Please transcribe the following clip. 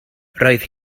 roedd